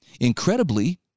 Incredibly